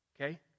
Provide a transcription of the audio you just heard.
okay